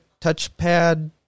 touchpad